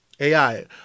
AI